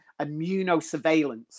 immunosurveillance